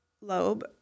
lobe